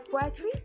poetry